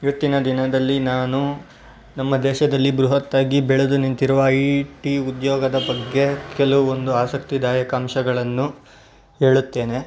ಇವತ್ತಿನ ದಿನದಲ್ಲಿ ನಾನು ನಮ್ಮ ದೇಶದಲ್ಲಿ ಬೃಹತ್ತಾಗಿ ಬೆಳದು ನಿಂತಿರುವ ಐ ಟಿ ಉದ್ಯೋಗದ ಬಗ್ಗೆ ಕೆಲವೊಂದು ಆಸಕ್ತಿದಾಯಕ ಅಂಶಗಳನ್ನು ಹೇಳುತ್ತೇನೆ